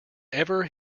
ever